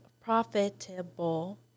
profitable